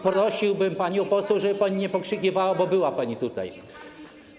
Prosiłbym panią poseł, żeby pani nie pokrzykiwała, bo była pani tutaj.